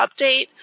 update